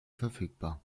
verfügbar